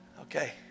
Okay